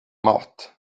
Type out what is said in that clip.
mat